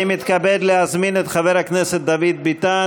אני מתכבד להזמין את חבר הכנסת דוד ביטן